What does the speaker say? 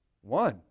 one